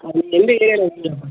சரி நீங்கள் எந்த ஏரியாவில் இருக்கீங்க